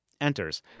enters